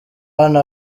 hano